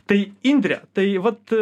tai indre tai vat